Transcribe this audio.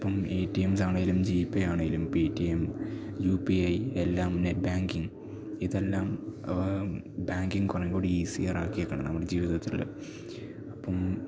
ഇപ്പം A T എമ്മിലാണെങ്കിലും GPay ആണേലും പേറ്റിഎം യൂ പി ഐ എല്ലാം നെറ്റ് ബാങ്കിങ് ഇതെല്ലം ബാങ്കിങ് കുറേ കൂടി ഈസിയർ ആക്കിയേക്കുകയാണ് നമ്മുടെ ജീവിതത്തിൽ അപ്പം